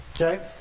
Okay